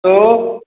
hello